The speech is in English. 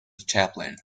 chaplin